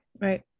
Right